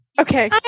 Okay